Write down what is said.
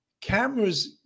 cameras